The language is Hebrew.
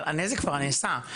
אבל הנזק כבר נעשה.